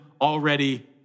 already